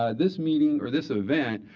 this meeting, or this event,